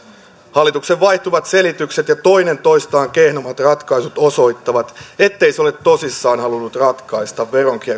hallituksen vaihtuvat selitykset ja toinen toistaan kehnommat ratkaisut osoittavat ettei se ole tosissaan halunnut ratkaista veronkiertämisen